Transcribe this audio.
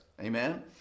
Amen